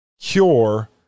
cure